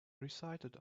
recited